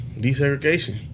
desegregation